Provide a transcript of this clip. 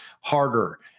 harder